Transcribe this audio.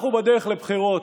אנחנו בדרך לבחירות.